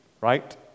right